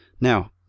now